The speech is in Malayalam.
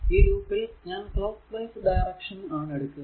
ഈ ലൂപ്പിൽ ഞാൻ ക്ലോക്ക് വൈസ് ഡയറൿഷൻ ആണ് എടുക്കുക